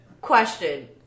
Question